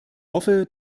hoffe